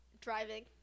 Driving